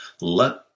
Let